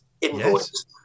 invoice